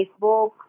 facebook